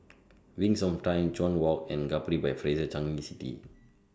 Wings of Time Chuan Walk and Capri By Fraser Changi City